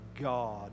God